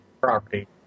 property